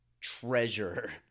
treasure